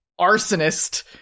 arsonist